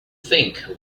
think